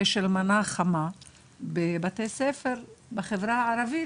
הארוחה החמה לבתי הספר בחברה הערבית,